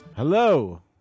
Hello